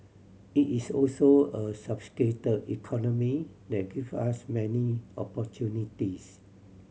it is also a sophisticate economy that give us many opportunities